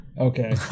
Okay